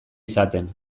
izaten